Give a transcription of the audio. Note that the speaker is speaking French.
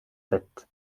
sept